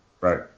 Right